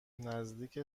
نزدیک